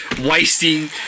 wasting